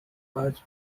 was